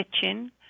kitchen